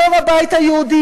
יו"ר הבית היהודי,